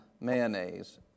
mayonnaise